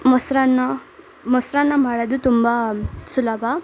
ಮೊಸರನ್ನ ಮೊಸರನ್ನ ಮಾಡೋದು ತುಂಬ ಸುಲಭ